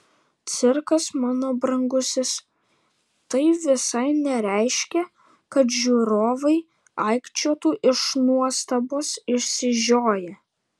cirkas mano brangusis tai visai nereiškia kad žiūrovai aikčiotų iš nuostabos išsižioję